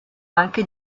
anche